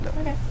Okay